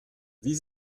wie